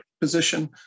position